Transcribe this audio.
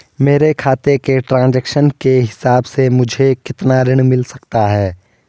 मेरे खाते के ट्रान्ज़ैक्शन के हिसाब से मुझे कितना ऋण मिल सकता है?